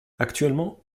actuellement